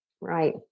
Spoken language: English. right